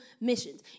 missions